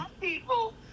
People